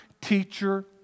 teacher